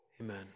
Amen